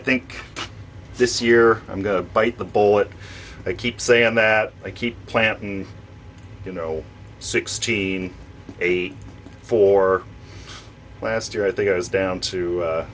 think this year i'm going to bite the bullet i keep saying that i keep a plant in you know sixteen a for last year i think i was down to